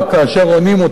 כאשר מונים אותם,